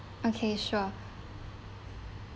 okay sure